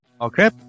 Okay